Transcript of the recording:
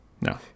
No